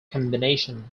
combination